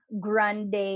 Grande